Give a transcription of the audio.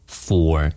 four